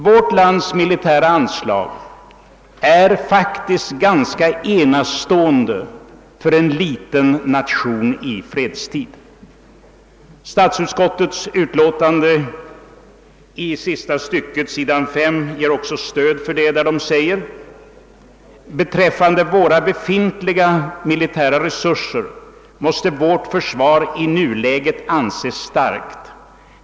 Vårt lands militära anslag är faktiskt enastående för en liten nation i fredstid. Statsutskottets utlåtande nr 122 ger också i sista stycket på s. 5 stöd för denna uppfattning. Där uttalas: »Beträffande våra befintliga militära resurser måste vårt försvar i nuläget anses starkt.